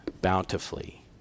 bountifully